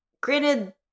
granted